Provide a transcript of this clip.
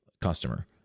customer